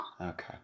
Okay